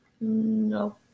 No